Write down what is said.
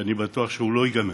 ואני בטוח שהוא לא ייגמר.